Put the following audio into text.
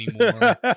anymore